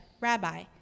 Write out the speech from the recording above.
Rabbi